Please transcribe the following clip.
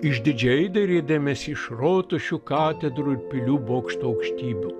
išdidžiai dairydamiesi iš rotušių katedrų ir pilių bokštų aukštybių